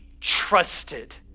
trusted